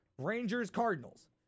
Rangers-Cardinals